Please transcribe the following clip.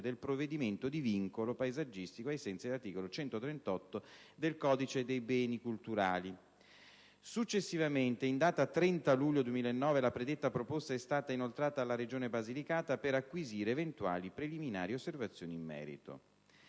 del provvedimento di vincolo paesaggistico ai sensi dell'articolo 138 del codice dei beni culturali. Successivamente, in data 30 luglio 2009, la predetta proposta è stata inoltrata alla Regione Basilicata per acquisire eventuali preliminari osservazioni in merito.